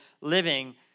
living